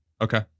Okay